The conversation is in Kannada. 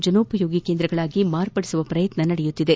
ಜನೋಪಯೋಗಿ ಕೇಂದ್ರಗಳಾಗಿ ಮಾರ್ಪಡಿಸುವ ಪ್ರಯತ್ನ ನಡೆಯುತ್ತಿದೆ